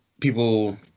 people